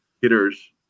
hitters